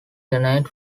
tenant